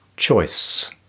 Choice